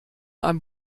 einem